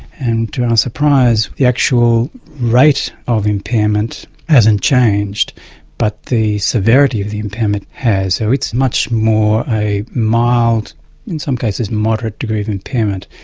and to our surprise the actual rate of impairment hasn't changed but the severity of the impairment has. so it's much more a mild in some cases moderate degree of impairment,